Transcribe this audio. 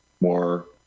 more